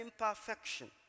imperfection